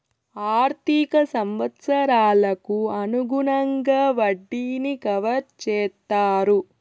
ఆర్థిక సంవత్సరాలకు అనుగుణంగా వడ్డీని కవర్ చేత్తారు